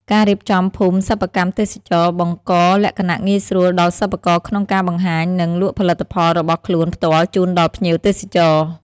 ការរៀបចំភូមិសិប្បកម្មទេសចរណ៍ បង្កលក្ខណៈងាយស្រួលដល់សិប្បករក្នុងការបង្ហាញ និងលក់ផលិតផលរបស់ខ្លួនផ្ទាល់ជូនដល់ភ្ញៀវទេសចរ។